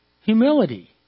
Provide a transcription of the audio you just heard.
humility